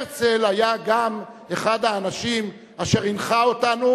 הרצל היה גם אחד האנשים אשר הנחה אתנו,